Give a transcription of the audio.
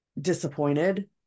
Disappointed